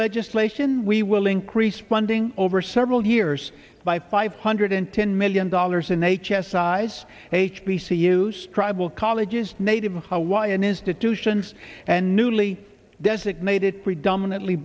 legislation we will increase funding over several years by five hundred ten million dollars in h s size h b c u's tribal colleges native hawaiian institutions and newly designated predominately